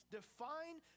define